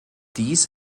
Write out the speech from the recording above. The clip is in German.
dies